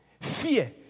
Fear